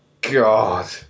God